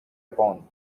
upon